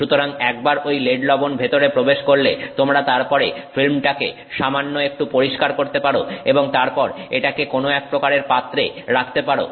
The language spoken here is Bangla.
সুতরাং একবার ঐ লেড লবণ ভেতরে প্রবেশ করলে তোমরা তারপরে ফিল্মটাকে সামান্য একটু পরিষ্কার করতে পারো এবং তারপর এটাকে কোন এক প্রকারের পাত্রে রাখতে পারো